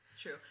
True